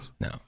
No